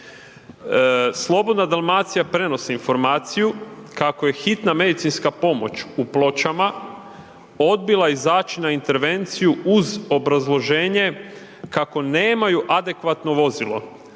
Slobodna Dalmacija prenosi informaciju kako je Hitna medicinska pomoć u Pločama odbila izać na intervenciju uz obrazloženje kako nemaju adekvatno vozilo.